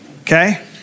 Okay